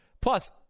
Plus